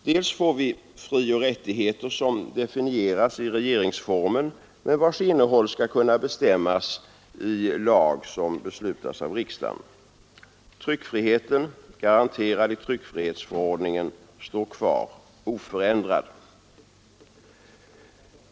Dels får vi frioch rättigheter som definieras i regeringsformen men vilkas innehåll skall kunna bestämmas i lag som beslutas av riksdagen. Tryckfriheten, garanterad i tryckfrihetsförordningen, står kvar oförändrad.